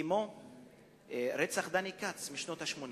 כמו רצח דני כץ בשנות ה-80,